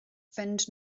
fynd